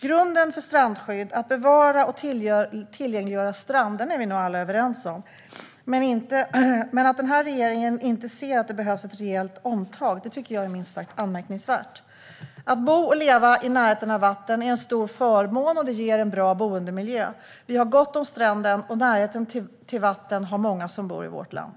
Grunden för strandskydd, att bevara och tillgängliggöra strand, är vi nog alla överens om. Men att inte regeringen ser att det behövs ett rejält omtag tycker jag är minst sagt anmärkningsvärt. Att bo och leva i närheten av vatten är en stor förmån och ger en bra boendemiljö. Vi har gott om stränder, och närhet till vatten har många som bor i vårt land.